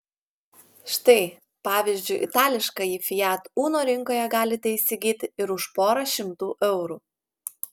štai pavyzdžiui itališkąjį fiat uno rinkoje galite įsigyti ir už porą šimtų eurų